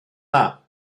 dda